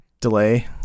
Delay